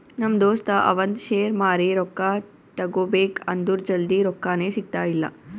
ನಮ್ ದೋಸ್ತ ಅವಂದ್ ಶೇರ್ ಮಾರಿ ರೊಕ್ಕಾ ತಗೋಬೇಕ್ ಅಂದುರ್ ಜಲ್ದಿ ರೊಕ್ಕಾನೇ ಸಿಗ್ತಾಯಿಲ್ಲ